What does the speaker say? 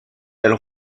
elle